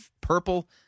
purple